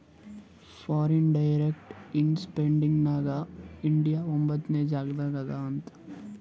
foreign direct investment ನಾಗ್ India ಒಂಬತ್ನೆ ಜಾಗನಾಗ್ ಅದಾ ಅಂತ್